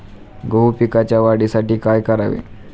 गहू पिकाच्या वाढीसाठी काय करावे?